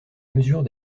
mesure